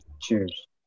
Cheers